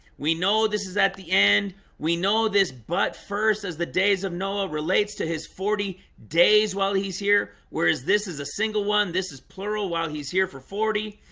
we know this is at the end we know this but first as the days of noah relates to his forty days while he's here whereas this is a single one. this is plural while he's here for forty